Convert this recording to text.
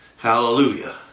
Hallelujah